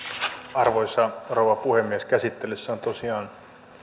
arvoisa rouva puhemies käsittelyssä on tosiaan